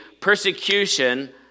persecution